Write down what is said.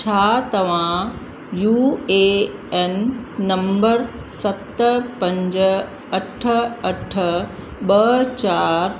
छा तव्हां U A N number सत पंज अठ अठ ॿ चार